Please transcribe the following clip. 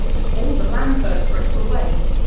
if all the land vertebrates were weighed,